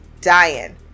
dying